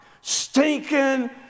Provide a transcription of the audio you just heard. stinking